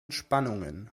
spannungen